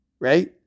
right